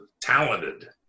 talented